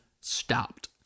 stopped